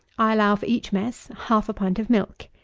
i allow for each mess half a pint of milk.